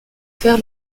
faire